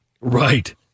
Right